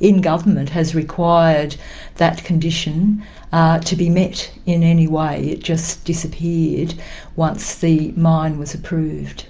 in government has required that condition to be met in any way, it just disappeared once the mine was approved.